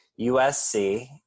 USC